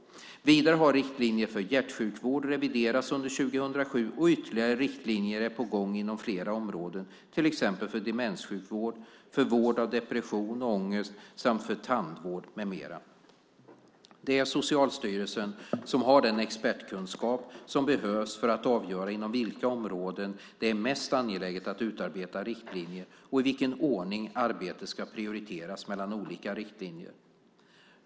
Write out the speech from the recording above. Vidare har riktlinjerna för hjärtsjukvård reviderats under 2007, och ytterligare riktlinjer är på gång inom flera områden, till exempel för demenssjukvård, för vård av depression och ångest samt för tandvård med mera. Det är Socialstyrelsen som har den expertkunskap som behövs för att avgöra inom vilka områden det är mest angeläget att utarbeta riktlinjer och i vilken ordning arbetet ska prioriteras mellan olika riktlinjer.